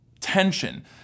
tension